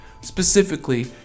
Specifically